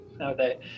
Okay